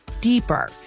deeper